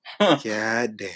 goddamn